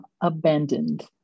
abandoned